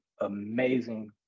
amazing